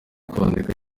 kwandika